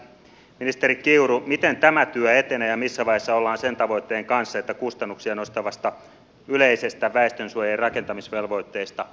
ministeri kiuru miten tämä työ etenee ja missä vaiheessa ollaan sen tavoitteen kanssa että kustannuksia nostavasta yleisestä väestönsuojien rakentamisvelvoitteesta luovuttaisiin